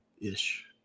ish